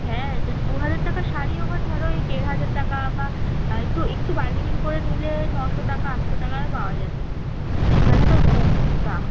হ্যাঁ দু হাজার টাকার শাড়ি ওখানে ধরো ওই দেড় হাজার টাকা বা একটু একটু বারগেনিং করে নিলে ওই নশো টাকা আটশো টাকায়ও পাওয়া এখানে তো দাম